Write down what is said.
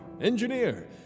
engineer